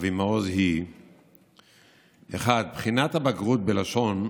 אבי מעוז: בחינת הבגרות בלשון חוברה,